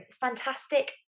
fantastic